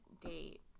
date